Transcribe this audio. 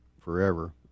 forever